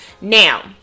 Now